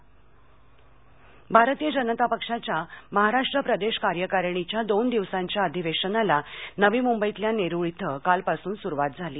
भाजप भारतीय जनता पक्षाच्या महाराष्ट्र प्रदेश कार्यकारिणीच्या दोन दिवसांच्या अधिवेशनाला नवी मुंबईतील नेरूळ इथं कालपासून सुरूवात झाली